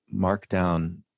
Markdown